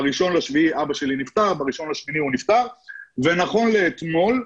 ב-1 ליולי אבא שלי נפטר, ונכון לאתמול,